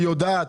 היא יודעת.